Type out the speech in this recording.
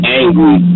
angry